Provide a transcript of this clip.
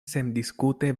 sendiskute